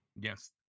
Yes